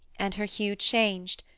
and her hue changed,